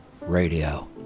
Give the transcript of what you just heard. Radio